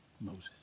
Moses